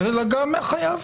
אלא גם החייב.